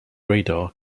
radar